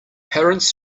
parents